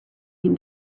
him